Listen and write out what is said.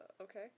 okay